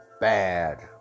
bad